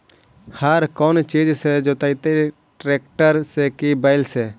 हर कौन चीज से जोतइयै टरेकटर से कि बैल से?